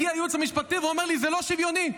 מגיע הייעוץ המשפטי ואומר לי: זה לא שוויוני.